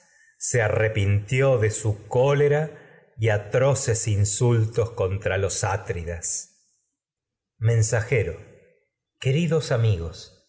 contra arrepintió de su cólera y atro los atridas mensajero queridos amigos